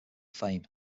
fame